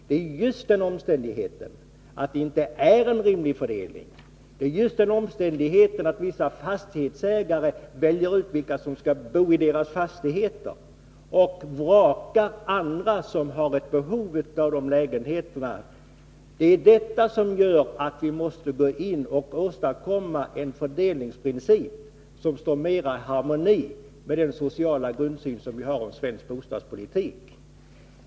Det är just den omständigheten att det inte är en rimlig fördelning, att vissa fastighetsägare väljer ut vilka som skall bo i deras fastigheter och vrakar andra som har ett behov av de lägenheterna, som gör att vi måste åstadkomma en fördelningsprincip som står mer i harmoni med den sociala grundsyn som vi har i fråga om svensk bostadspolitik.